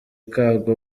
kabwo